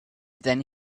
then